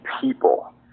people